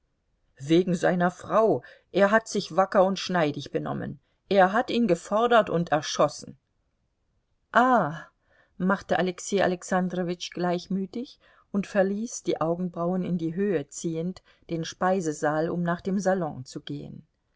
wegen seiner frau er hat sich wacker und schneidig benommen er hat ihn gefordert und erschossen ah machte alexei alexandrowitsch gleichmütig und verließ die augenbrauen in die höhe ziehend den speisesaal um nach dem salon zu gehen